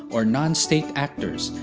or non-state actors,